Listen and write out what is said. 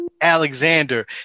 alexander